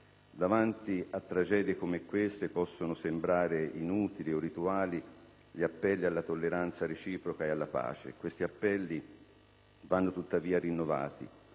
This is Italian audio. Davanti a tragedie come queste possono sembrare inutili o rituali gli appelli alla tolleranza reciproca e alla pace. Questi appelli vanno, tuttavia, rinnovati